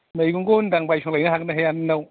मैगंखौ होनदां बायसब्ला लायनो हागोन ना हाया नोंनाव